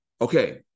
Okay